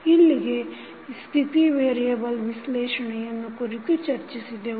ಇಲ್ಲಿ ಸ್ಥಿತಿ ವೇರಿಯಬಲ್ ವಿಶ್ಲೇಷಣೆಯನ್ನು ಕುರಿತು ಚರ್ಚಿಸಿದೆವು